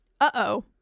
Uh-oh